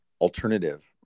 alternative